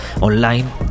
online